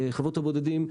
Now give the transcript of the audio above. חוות הבודדים,